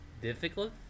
difficult